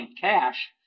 Cash